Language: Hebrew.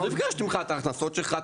אז הוא יבקש ממך את ההכנסות שלך,